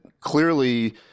clearly